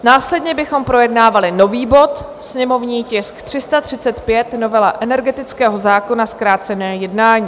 Následně bychom projednávali nový bod, sněmovní tisk 335, novela energetického zákona, zkrácené jednání.